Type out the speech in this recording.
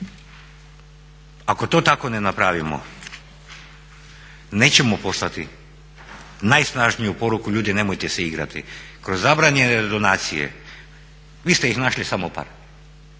Ako to tako ne napravimo nećemo poslati najsnažniju poruku, ljudi nemojte se igrati. Kroz zabranjene donacije vi ste ih našli samo par,